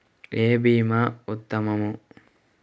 ఏ భీమా ఉత్తమము?